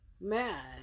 Man